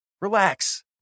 Relax